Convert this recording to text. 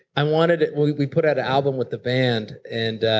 i wanted when we put out an album with the band and